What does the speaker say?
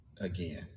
again